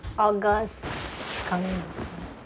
august coming